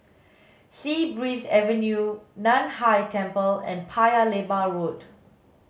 Sea Breeze Avenue Nan Hai Temple and Paya Lebar Road